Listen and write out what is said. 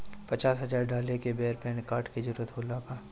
पचास हजार डाले के बेर पैन कार्ड के जरूरत होला का?